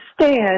stand